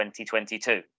2022